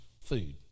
food